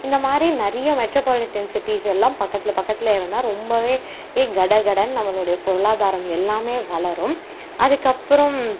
இந்தமாதிரி நிறைய metropolitan cities எல்லாம் பக்கத்தில் பக்கத்தில் இருந்தால் ரொம்பவே கட கடன்னு நம்மளுடைய பொருளாதாரம் எல்லாமே வளரும் அதுக்கப்புறம்